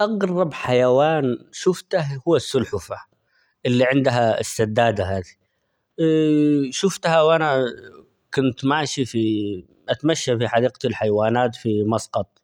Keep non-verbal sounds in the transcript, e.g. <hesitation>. أغرب حيوان شفته هو السلحفاة اللي عندها السدادة هذي <hesitation> شفتها وأنا <hesitation> كنت ماشي في <hesitation> اتمشى في حديقة الحيوانات في مسقط